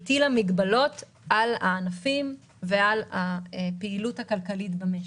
היא הטילה מגבלות על הענפים ועל הפעילות הכלכלית במשק.